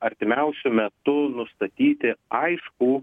artimiausiu metu nustatyti aiškų